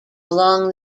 along